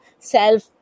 self